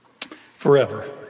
forever